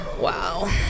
Wow